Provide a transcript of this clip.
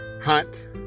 Hunt